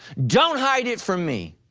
don't hide it from me.